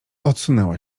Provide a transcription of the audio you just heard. odsunęła